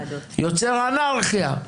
יוצר אנרכיה.